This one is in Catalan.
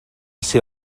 ser